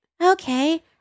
Okay